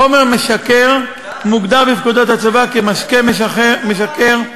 חומר משכר מוגדר בפקודות הצבא כמשקה משכר,